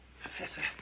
Professor